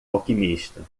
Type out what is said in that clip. alquimista